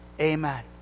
Amen